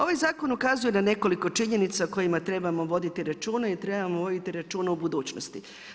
Ovaj zakon ukazuje na nekoliko činjenica o kojima trebamo voditi računa i trebamo voditi računa u budućnosti.